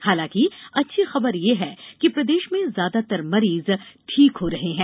हालांकि अच्छी खबर यह है कि प्रदेश में ज्यादातर मरीज ठीक हो रहे हैं